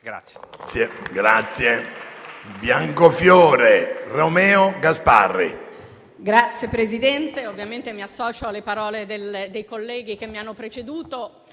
Grazie